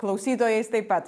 klausytojais taip pat